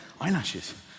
eyelashes